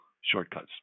shortcuts